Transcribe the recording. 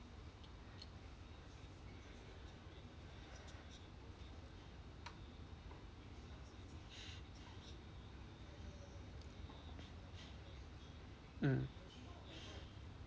mm